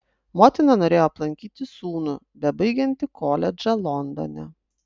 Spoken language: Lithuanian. motina norėjo aplankyti sūnų bebaigiantį koledžą londone